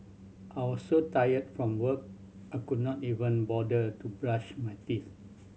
I was so tired from work I could not even bother to brush my teeth